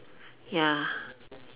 ya